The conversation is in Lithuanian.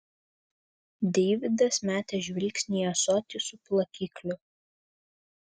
deividas metė žvilgsnį į ąsotį su plakikliu